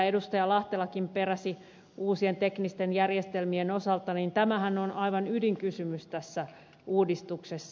lahtelakin peräsi uusien teknisten järjestelmien osalta on aivan ydinkysymys tässä uudistuksessa